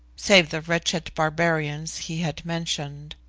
save the wretched barbarians he had mentioned.